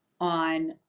on